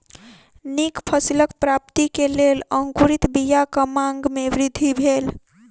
नीक फसिलक प्राप्ति के लेल अंकुरित बीयाक मांग में वृद्धि भेल